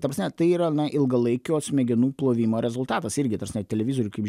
ta prasme tai yra na ilgalaikio smegenų plovimo rezultatas irgi ta prasme televizorių kaip žiū